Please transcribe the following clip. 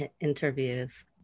interviews